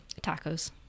Tacos